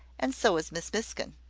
and so was miss miskin.